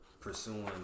pursuing